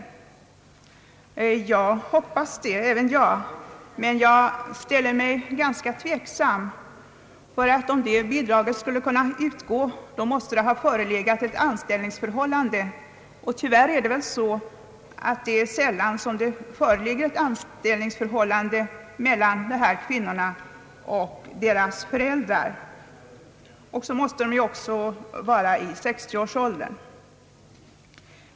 även jag hoppas det, men jag ställer mig ganska tveksam, ty om bidraget skall kunna utgå, så måste det ha förelegat ett anställningsförhållande. Tyvärr är det väl så, att det är sällan som det föreligger ett anställningsförhållande mellan kvinnorna i fråga och deras föräldrar. Dessutom måste de vara i 60-årsåldern.